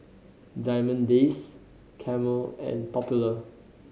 Diamond Days Camel and Popular